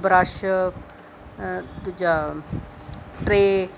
brush ਦੂਜਾ tray